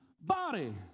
body